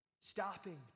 Stopping